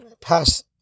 pass